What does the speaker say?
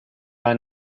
are